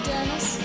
Dennis